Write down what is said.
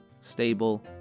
stable